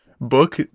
book